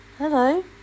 hello